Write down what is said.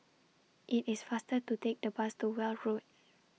IT IS faster to Take The Bus to Weld Road